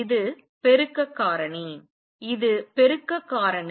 இது பெருக்க காரணி இது பெருக்க காரணி